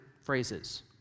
phrases